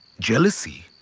jealousy.